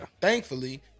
Thankfully